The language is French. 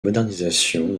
modernisation